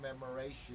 commemoration